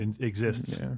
exists